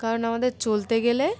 কারণ আমাদের চলতে গেলে